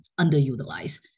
underutilized